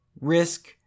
Risk